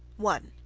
one.